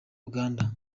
uganda